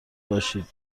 باشیم